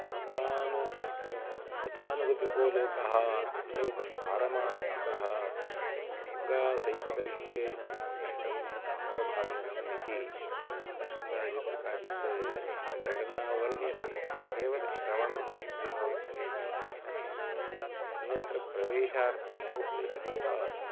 उक्तानु गतानुगतिको लोकः न लोकः पारमार्थिकः गङ्गासैकतलिङ्केन नष्टं मे ताम्रभाजनम् इति कदाचित् काचित् तत्र घटना वर्ण्यते केवलं श्रवणं यदि भवति तर्हि कः क्लेशः अन्यत्र प्रवेशार्थं बहुक्लेशः स्यात्